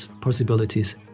possibilities